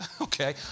okay